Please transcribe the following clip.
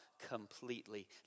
completely